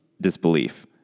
disbelief